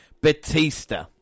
Batista